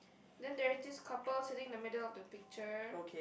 then there's this couple sitting in the middle of the picture